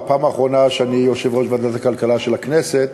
הפעם האחרונה שאני יושב-ראש ועדת הכלכלה של הכנסת.